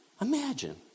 Imagine